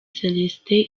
celestin